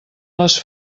les